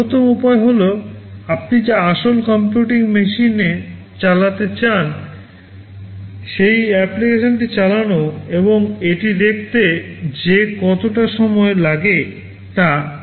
সর্বোত্তম উপায় হল আপনি যে আসল কম্পিউটিং মেশিনে চালাতে চান সেই অ্যাপ্লিকেশনটি চালানো এবং এটি দেখতে যে কতটা সময় লাগে তা